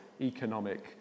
economic